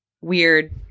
weird